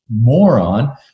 moron